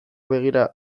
begira